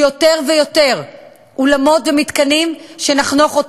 יהיו יותר ויותר אולמות ומתקנים שנחנוך.